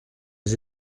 des